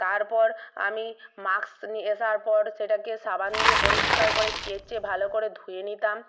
তারপর আমি মাস্ক নিয়ে আসার পর সেটাকে সাবান দিয়ে পরিষ্কার করে কেচে ভালো করে ধুয়ে নিতাম